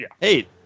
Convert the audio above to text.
Hey